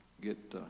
get